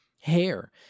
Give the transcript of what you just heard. hair